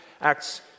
Acts